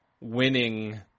winning